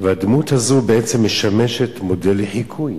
והדמות הזו בעצם משמשת מודל לחיקוי.